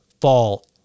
fall